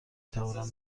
توانم